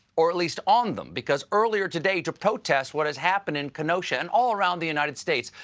or at least on them, because earlier today, to protest what has happened in kenosha and all around the united states,